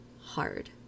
hard